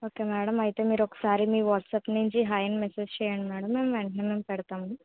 okay madam అయితే మీరొకసారి మీ వాట్సాప్ నుంచి హాయ్ అని మెసేజ్ చేయండి మేడం మేము వెంటనే పెడతాము